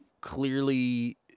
clearly